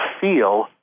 feel